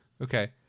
Okay